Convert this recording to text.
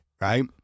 right